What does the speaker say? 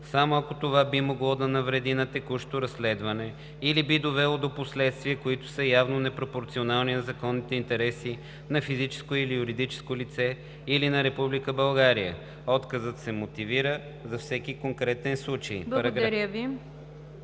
само ако това би могло да навреди на текущо разследване или би довело до последствия, които са явно непропорционални на законните интереси на физическо или юридическо лице или на Република България. Отказът се мотивира за всеки конкретен случай.“